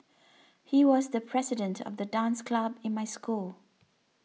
he was the president of the dance club in my school